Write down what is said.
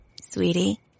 Sweetie